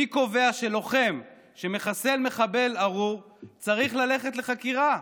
מי קובע שלוחם שמחסל מחבל ארור צריך ללכת לחקירה,